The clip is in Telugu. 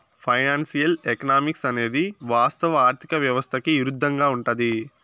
ఫైనాన్సియల్ ఎకనామిక్స్ అనేది వాస్తవ ఆర్థిక వ్యవస్థకి ఇరుద్దంగా ఉంటది